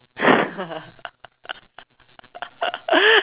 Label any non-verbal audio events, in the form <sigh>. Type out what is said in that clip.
<laughs>